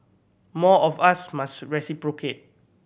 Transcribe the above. more of us must reciprocate